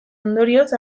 ondorioz